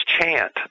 chant